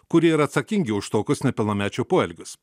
kurie ir atsakingi už tokius nepilnamečio poelgius